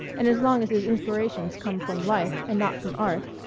and as long as his inspirations come from life and not from art,